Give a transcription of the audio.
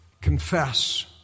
confess